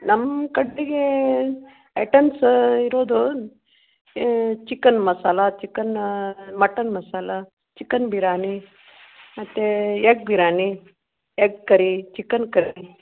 ನಮ್ಮ ಕಡೆಗೆ ಐಟಮ್ಸ ಇರೋದು chicken masala chicken mutton masala chicken biryani ಮತ್ತೆ egg biryani egg curry chicken ಕರಿ